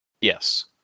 Yes